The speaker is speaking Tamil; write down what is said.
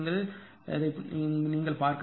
ஆனால் நீங்கள் பார்க்க வேண்டும்